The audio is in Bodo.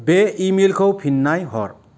बे इमेलखौ फिननाय हर